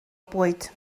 bwyd